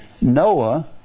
Noah